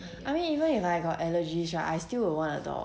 I mean even if I got allergies right I would still wanna a dog